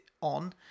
on